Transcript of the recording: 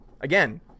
again